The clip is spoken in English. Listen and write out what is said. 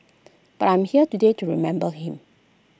but I'm here today to remember him